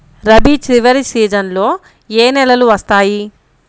రబీ చివరి సీజన్లో ఏ నెలలు వస్తాయి?